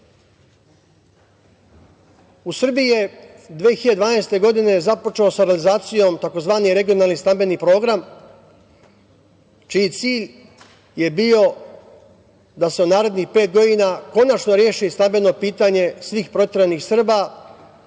U Srbiji je 2012. godine započeo sa realizacijom tzv. Regionalni stambeni program, čiji cilj je bio da se narednih pet godina konačno reši stambeno pitanje svih proteranih Srba,